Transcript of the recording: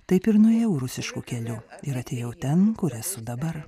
taip ir nuėjau rusišku keliu ir atėjau ten kur esu dabar